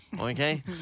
Okay